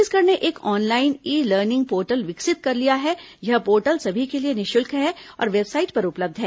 छत्तीसगढ़ ने एक online e learning portal विकसित कर लिया है यह पोर्टल सभी के लिए निःशुल्क है और बेवसाइट पर उपलब्ध है